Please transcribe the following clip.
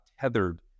tethered